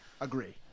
Agree